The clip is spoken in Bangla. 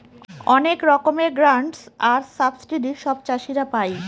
অনেক রকমের গ্রান্টস আর সাবসিডি সব চাষীরা পাই